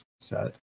set